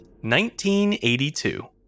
1982